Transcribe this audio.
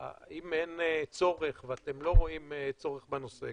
אם אין צורך ואתם לא רואים צורך בנושא,